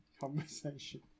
conversation